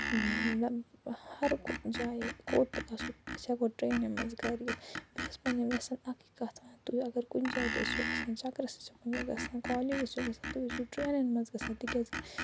مَطلَب ہر کُنہِ جایہِ کوٚت آسو أسۍ ہیٚکو ٹرینہِ مَنٛز گَرٕ یِتھ بہٕ چھَس پَنٕنٮ۪ن وٮ۪سَن اَکٕے کتھ وَنان تُہۍ اگر کُنہِ جایہِ تہِ ٲسِو گَژھان چَکرَس کُنہِ جایہِ ٲسٮ۪و گَژھان کالیج ٲسٕو گَژھان تُہۍ ٲسۍزیٚو ٹرینن مَنٛز گَژھان تِکیٛاز کہِ